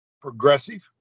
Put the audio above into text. progressive